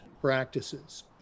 practices